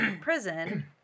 prison